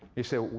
you say,